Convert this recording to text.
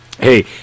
hey